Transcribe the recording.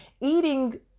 eating